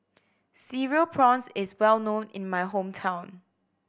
Cereal Prawns is well known in my hometown